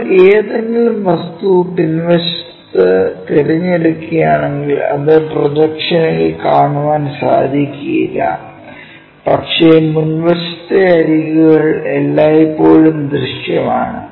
നമ്മൾ ഏതെങ്കിലും വസ്തു പിൻവശത്ത് തിരഞ്ഞെടുക്കുകയാണെങ്കിൽ അത് പ്രൊജക്ഷനിൽ കാണാൻ സാധിക്കില്ല പക്ഷേ മുൻവശത്തെ അരികുകൾ എല്ലായ്പ്പോഴും ദൃശ്യമാണ്